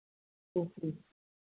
okay